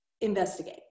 investigate